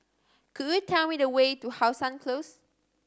could you tell me the way to How Sun Close